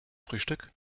frühstück